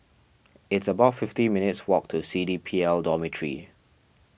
it's about fifty minutes' walk to C D P L Dormitory